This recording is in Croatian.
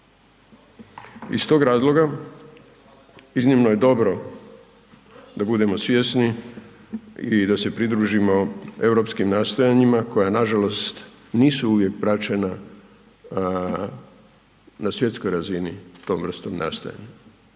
Iz tog razloga iznimno je dobro da budemo svjesni i da se pridružimo europskim nastojanjima koja nažalost nisu uvijek praćena na svjetskoj razini tom vrstom nastojanja,